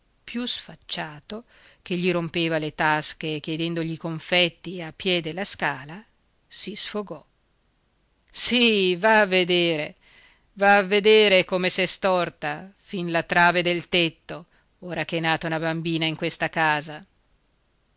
più sfacciato che gli rompeva le tasche chiedendogli i confetti a piè della scala si sfogò sì va a vedere va a vedere come s'è storta fin la trave del tetto ora ch'è nata una bambina in questa casa